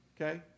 Okay